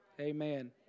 Amen